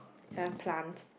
it's like a plant